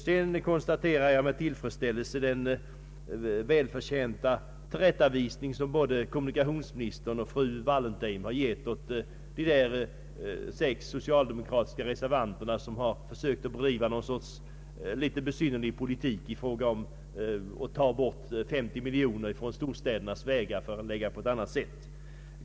Jag konstaterar med tillfredsställelse den välförtjänta tillrättavisning som både kommunikationsministern och fru Wallentheim gav de sex socialdemokratiska reservanter som har försökt bedriva en besynnerlig politik och föreslagit att man skulle ta 50 miljoner kronor från storstadsregionerna att användas på annat sätt.